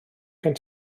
gen